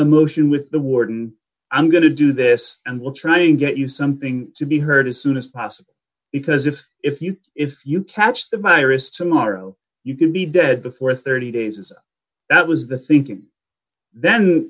a motion with the warden i'm going to do this and we'll try and get you something to be heard as soon as possible because if if you if you catch the paris tomorrow you can be dead before thirty days is that was the thinking then